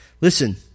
Listen